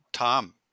Tom